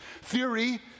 theory